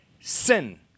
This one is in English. Sin